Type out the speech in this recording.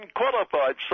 unqualified